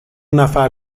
نفر